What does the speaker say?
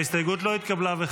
ההסתייגות לא התקבלה.